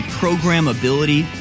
programmability